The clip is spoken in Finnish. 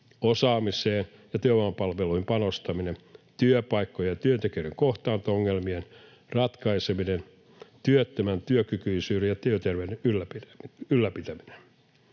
Osaamiseen ja työvoimapalveluihin panostaminen, työpaikkojen ja työntekijöiden kohtaanto-ongelmien ratkaiseminen, työttömän työkykyisyyden ja työterveyden ylläpitäminen